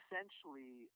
Essentially